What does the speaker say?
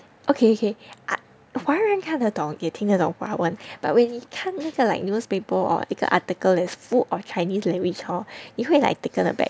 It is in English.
okay okay I 华人看得懂也听得懂华文 but we 看那个 like newspaper or 一个 article that is full of Chinese language hor 你会 like taken aback